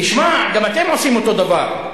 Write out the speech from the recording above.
תשמע, גם אתם עושים אותו דבר.